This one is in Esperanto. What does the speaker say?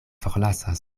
forlasas